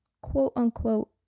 quote-unquote